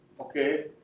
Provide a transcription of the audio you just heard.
Okay